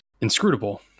inscrutable